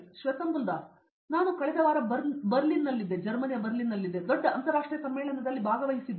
ಶ್ವೇತಂಬುಲ್ ದಾಸ್ ನಾನು ಕಳೆದ ವಾರ ಬರ್ಲಿನ್ನಲ್ಲಿದ್ದಿದ್ದೆ ಮತ್ತು ದೊಡ್ಡ ಅಂತರಾಷ್ಟ್ರೀಯ ಸಮ್ಮೇಳನದಲ್ಲಿ ಭಾಗವಹಿಸಿದ್ದೆ